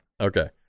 Okay